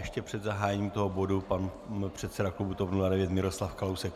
Ještě před zahájením toho bodu pan předseda klubu TOP 09 Miroslav Kalousek.